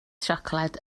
siocled